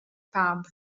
pub